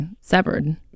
severed